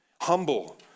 Humble